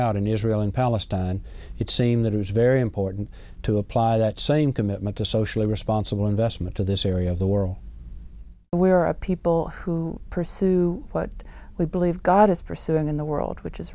out in israel and palestine it seems that it is very important to apply that same commitment to socially responsible investment to this area of the world where our people who pursue what we believe god is pursuing in the world which is